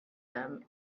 them